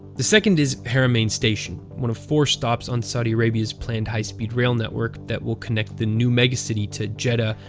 the second is haramain station, one of four stops on saudi arabia's planned high speed rail network that will connect the new megacity to jeddah,